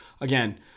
again